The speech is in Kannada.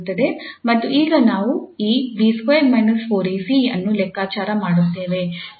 ಹಾಗಾಗಿ 𝐵 ಮತ್ತು 𝐶 0 ಆಗಿರುತ್ತದೆ ಮತ್ತು ಈಗ ನಾವು ಈ 𝐵2 − 4𝐴𝐶 ಅನ್ನು ಲೆಕ್ಕಾಚಾರ ಮಾಡುತ್ತೇವೆ